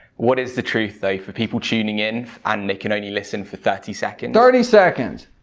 what is the truth though, for people tuning in and can only listen for thirty seconds? thirty seconds.